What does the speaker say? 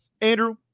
Andrew